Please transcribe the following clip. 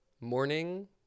Morning